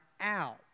out